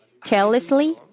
Carelessly